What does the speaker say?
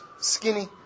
skinny